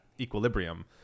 equilibrium